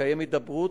לקיים הידברות,